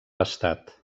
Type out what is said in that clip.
estat